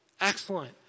excellent